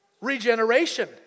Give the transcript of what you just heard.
Regeneration